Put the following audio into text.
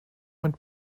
mit